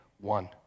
one